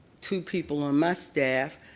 two people on my staff,